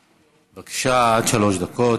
בבקשה, עד שלוש דקות.